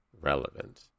relevant